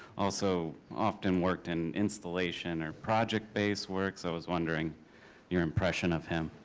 also often worked in installation or project based work. so i was wondering your impression of him.